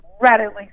radically